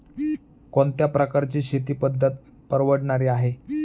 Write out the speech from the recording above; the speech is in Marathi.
कोणत्या प्रकारची शेती पद्धत परवडणारी आहे?